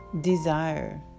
desire